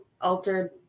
altered